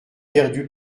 perdu